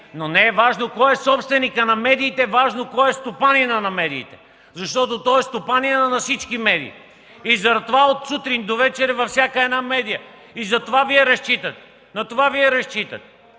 Не е важно кой е собственикът на медиите, важно е кой е стопанинът на медиите, защото той е стопанинът на всички медии. Заради това от сутрин до вечер е във всяка една медия. На това Вие разчитате. Вие не разчитате